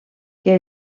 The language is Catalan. que